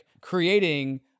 creating